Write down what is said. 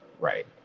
Right